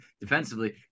defensively